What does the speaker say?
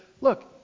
look